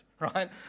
Right